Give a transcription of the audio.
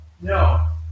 no